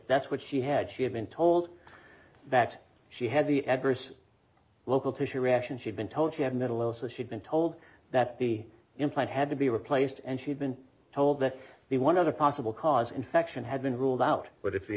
that's what she had she had been told that she had the adverse local tissue reaction she'd been told she had middle so she'd been told that the implant had to be replaced and she had been told that the one other possible cause infection had been ruled out but if the